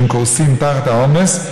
שקורסים תחת העומס,